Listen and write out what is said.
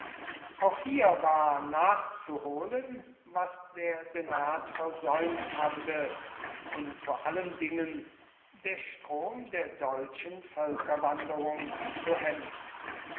auch hier war nachzuholen was der senat versäumt hatte und vor allen dingen der strom der deutschen völkerwanderung zu hemmen